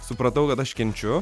supratau kad aš kenčiu